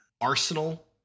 Arsenal